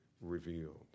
revealed